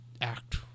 act